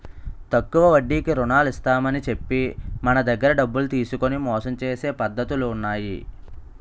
తక్కువ వడ్డీకి రుణాలు ఇస్తామని చెప్పి మన దగ్గర డబ్బులు తీసుకొని మోసం చేసే పద్ధతులు ఉన్నాయి